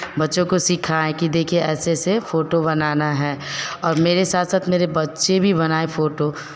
बच्चों को सिखाए कि देखिए ऐसे ऐसे फोटो बनाना है और मेरे साथ साथ मेरे बच्चे भी बनाए फोटो